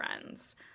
friends